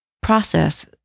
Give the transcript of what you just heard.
process